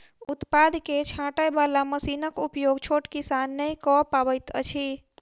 उत्पाद के छाँटय बाला मशीनक उपयोग छोट किसान नै कअ पबैत अछि